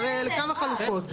יש כמה חלופות.